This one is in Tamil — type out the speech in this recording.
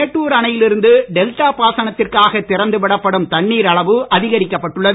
மேட்டுர் அணையில் இருந்து டெல்டா பாசனத்திறகாக திறந்து விடப்படும் தண்ணீர் அளவு அதிகரிக்கப்பட்டுள்ளது